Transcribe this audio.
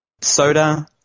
Soda –